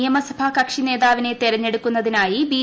നിയമസഭാകക്ഷി നേതാവിനെ തെരഞ്ഞെടുക്കുന്നതിനായി ബി